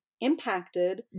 impacted